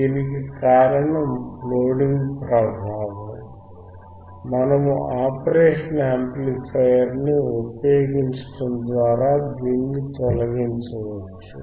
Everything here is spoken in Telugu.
దీనికి కారణం లోడింగ్ ప్రభావం మనము ఆపరేషన్ యాంప్లిఫయర్ ని ఉపయోగించటం ద్వారా దీనిని తొలగించవచ్చు